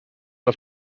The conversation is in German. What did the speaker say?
auf